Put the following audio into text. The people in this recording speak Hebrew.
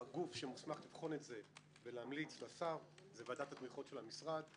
הגוף שמוסמך לבחון את זה ולהמליץ לשר זה ועדת התמיכות של המשרד,